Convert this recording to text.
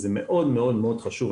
זה מאוד מאוד מאוד חשוב.